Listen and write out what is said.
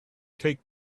take